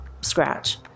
scratch